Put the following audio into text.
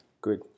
good